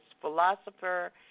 philosopher